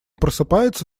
просыпается